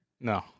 No